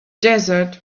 desert